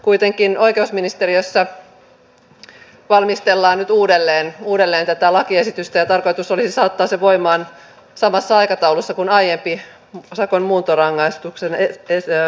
kuitenkin oikeusministeriössä valmistellaan nyt uudelleen tätä lakiesitystä ja tarkoitus olisi saattaa se voimaan samassa aikataulussa kuin aiempi sakon muuntorangaistuksen laki